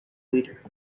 leader